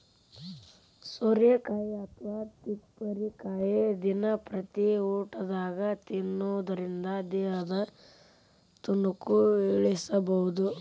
ಸೋರೆಕಾಯಿ ಅಥವಾ ತಿಪ್ಪಿರಿಕಾಯಿ ದಿನಂಪ್ರತಿ ಊಟದಾಗ ತಿನ್ನೋದರಿಂದ ದೇಹದ ತೂಕನು ಇಳಿಸಬಹುದು